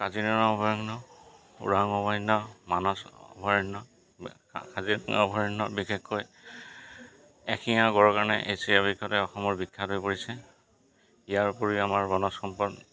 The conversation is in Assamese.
কাজিৰঙা অভয়াৰণ্য ওৰাং অভয়াৰণ্য মানস অভয়াৰণ্য কাজিৰঙা অভয়াৰণ্য বিশেষকৈ এশিঙীয়া গঁড়ৰ কাৰণে এছিয়াৰ ভিতৰতে অসমৰ বিখ্যাত হৈ পৰিছে ইয়াৰ উপৰিও আমাৰ বনজ সম্পদ